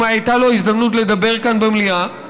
אם הייתה לו הזדמנות לדבר כאן במליאה,